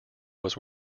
was